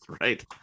Right